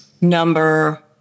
number